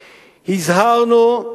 הזהרנו,